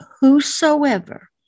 whosoever